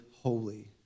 holy